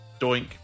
Doink